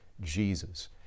Jesus